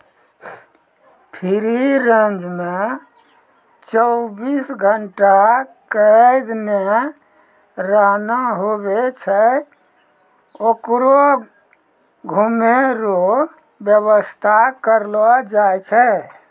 free range मे चौबीस घंटा कैद नै रहना हुवै छै होकरो घुमै रो वेवस्था करलो जाय छै